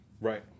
Right